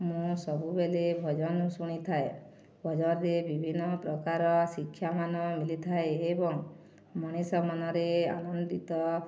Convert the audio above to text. ମୁଁ ସବୁବେଳେ ଭଜନ ଶୁଣିଥାଏ ଭଜନରେ ବିଭିନ୍ନ ପ୍ରକାର ଶିକ୍ଷାମାନ ମିଳିଥାଏ ଏବଂ ମଣିଷ ମନରେ ଆନନ୍ଦିତ